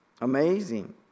Amazing